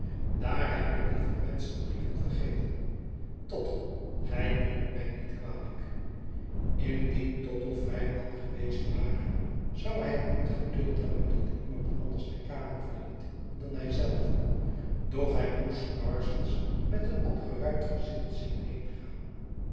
daar heb ik die verwenschte brieven vergeten tottle gij neemt mij niet kwalijk indien tottle vrij man geweest ware zou hij niet geduld hebben dat iemand anders de kamer verliet dan hij zelf doch hij moest parsons met een opgeruimd gezicht zien